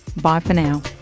bye for now